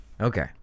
Okay